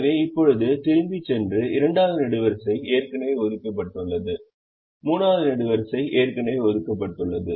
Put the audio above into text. எனவே இப்போது திரும்பிச் சென்று 2 வது நெடுவரிசை ஏற்கனவே ஒதுக்கப்பட்டுள்ளது 3 வது நெடுவரிசை ஏற்கனவே ஒதுக்கப்பட்டுள்ளது